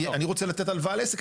אני רוצה לתת הלוואה לעסק,